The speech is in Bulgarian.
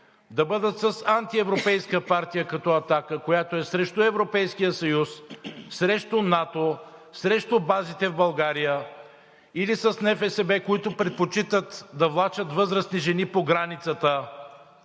да бъдат с антиевропейска партия като „Атака“, която е срещу Европейския съюз, срещу НАТО, срещу базите в България или с НФСБ, които предпочитат да влачат възрастни жени по границата,